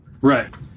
Right